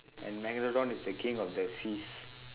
and megalodon is the king of the seas